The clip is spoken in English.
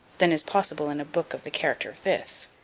than is possible in a book of the character of this.